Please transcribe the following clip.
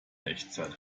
echtzeit